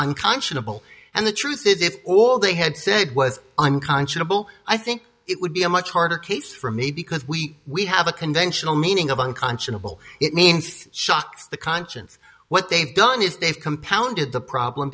unconscionable and the truth is if all they had said was unconscionable i think it would be a much harder case for me because we we have a conventional meaning of unconscionable it means shocks the conscience what they've done is they've compounded the problem